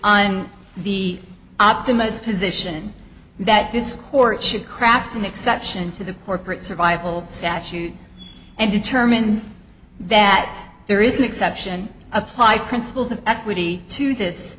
on the optimised position that this court should craft an exception to the corporate survival statute and determine that there is an exception applied principles of equity to this